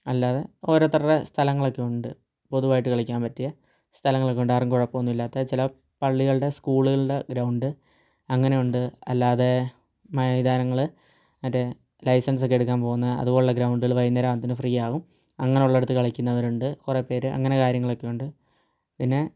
അല്ലാതെ ഓരോരുത്തരുടെ സ്ഥലങ്ങളൊക്കെയുണ്ട് പൊതുവായിട്ട് കളിക്കാൻ പറ്റിയ സ്ഥലങ്ങളൊക്കെയുണ്ട് ആരും കുഴപ്പമൊന്നും ഇല്ലാത്ത ചില പള്ളികളുടെ സ്കൂളുകളുടെ ഗ്രൗണ്ട് അങ്ങനെ ഉണ്ട് അല്ലാതെ മൈതാനങ്ങൾ മറ്റേ ലൈസൻസ് ഒക്കെ എടുക്കാൻ പോകുന്ന അതുപോലെയുള്ള ഗ്രൗണ്ടുകൾ വൈകുന്നേരം ആകുമ്പോഴത്തേനും ഫ്രീയാകും അങ്ങനെയുള്ള അടുത്ത് കളിക്കുന്നവരുണ്ട് കുറേ പേർ അങ്ങനെ കാര്യങ്ങളൊക്കെ ഉണ്ട് പിന്നെ